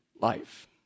life